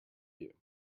you